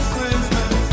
Christmas